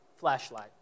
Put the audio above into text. flashlight